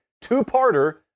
two-parter